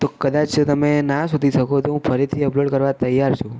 તો કદાચ તમે ના શોધી શકો તો હું ફરીથી અપલોડ કરવા તૈયાર છું